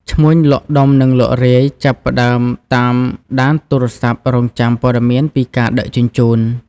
ឈ្មួញលក់ដុំនិងលក់រាយចាប់ផ្តើមតាមដានទូរស័ព្ទរង់ចាំព័ត៌មានពីការដឹកជញ្ជូន។